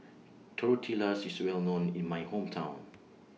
Tortillas IS Well known in My Hometown